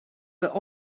but